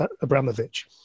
Abramovich